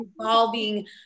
involving